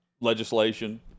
Legislation